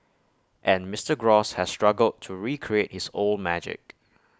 and Mister gross has struggled to recreate his old magic